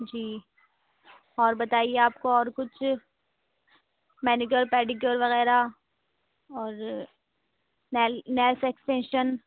جی اور بتائیے آپ کو اور کچھ مینی کیور پیڈی کیور وغیرہ اور نیل نیلس ایکسٹینشن